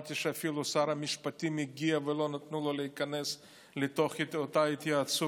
שמעתי שאפילו שר המשפטים הגיע ולא נתנו לו להיכנס לאותה התייעצות.